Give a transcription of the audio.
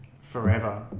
forever